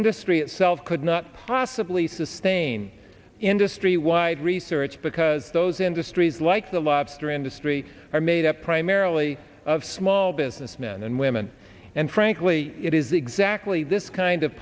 industry itself could not possibly sustain industry wide research because those industries like the lobster industry are made up primarily of small business men and and frankly it is exactly this kind of